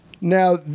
Now